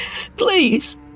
Please